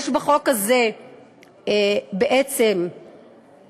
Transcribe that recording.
יש בחוק הזה בעצם הרתעה,